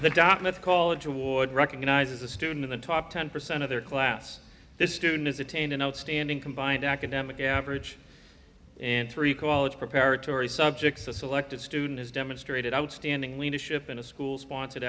toward recognizes a student in the top ten percent of their class this students attain an outstanding combined academic average and three college preparatory subjects a selected student has demonstrated outstanding leadership in a school sponsored